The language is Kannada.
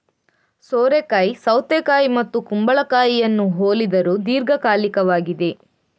ಸೋರೆಕಾಯಿ ಸೌತೆಕಾಯಿ ಮತ್ತು ಕುಂಬಳಕಾಯಿಯನ್ನು ಹೋಲಿದರೂ ದೀರ್ಘಕಾಲಿಕವಾಗಿದೆ